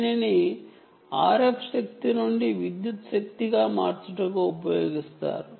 దీనిని RF శక్తి నుండి విద్యుత్ శక్తి గా మార్చుటకు ఉపయోగిస్తారు